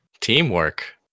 Teamwork